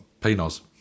Pinos